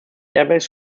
airbags